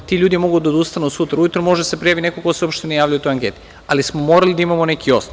Ti ljudi mogu da odustanu, sutra ujutru može da se prijavi neko ko se uopšte nije javio u toj anketi, ali smo morali da imamo neki osnov.